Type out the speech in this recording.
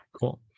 Cool